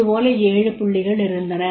இது போல 7 புள்ளிகள் இருந்தன